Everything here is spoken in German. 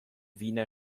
wiener